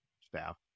staff